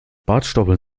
bartstoppeln